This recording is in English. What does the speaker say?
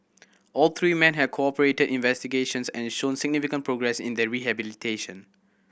all three man had cooperated in investigations and shown significant progress in their rehabilitation